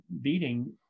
beating